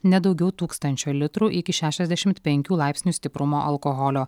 ne daugiau tūkstančio litrų iki šešiasdešimt penkių laipsnių stiprumo alkoholio